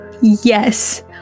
yes